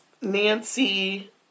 Nancy